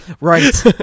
Right